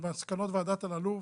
מסקנות ועדת אלאלוף.